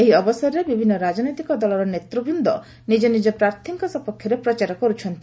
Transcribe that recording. ଏହି ଅବସରରେ ବିଭିନ୍ନ ରାଜନୈତିକ ଦଳର ନେତ୍ୱବୃନ୍ଦ ନିଜ ନିଜ ପ୍ରାର୍ଥୀଙ୍କ ସପକ୍ଷରେ ପ୍ରଚାର କରୁଛନ୍ତି